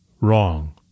wrong